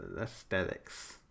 aesthetics